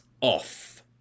off